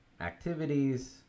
activities